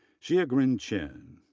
xiangren chen,